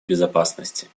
безопасности